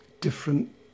different